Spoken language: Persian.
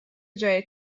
جای